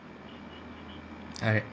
hi